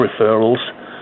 referrals